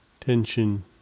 tension